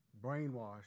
brainwashed